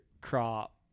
crop